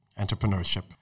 entrepreneurship